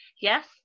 Yes